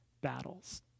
battles